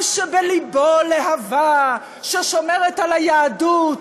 עם שבלבו להבה ששומרת על היהדות,